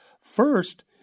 First